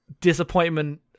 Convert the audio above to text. disappointment